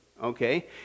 okay